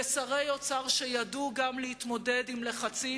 שרי אוצר שידעו גם להתמודד עם לחצים